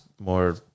more